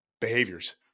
behaviors